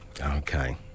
Okay